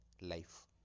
life